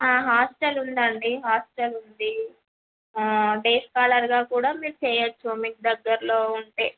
hostel ఉందండి hostel ఉంది day స్కాలర్గా కూడా మీరు చేయొచ్చు మీకు దగ్గరలో ఉంటే